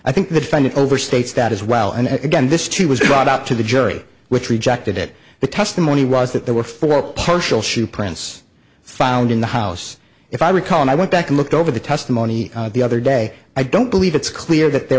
i think the defendant overstates that as well and again this too was brought out to the jury which rejected it the testimony was that there were four partial shoe prints found in the house if i recall and i went back and looked over the testimony the other day i don't believe it's clear that there